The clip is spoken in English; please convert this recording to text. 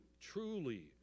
truly